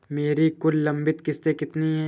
मेरी कुल लंबित किश्तों कितनी हैं?